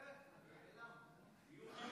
זה נעלם.